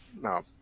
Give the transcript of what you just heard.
No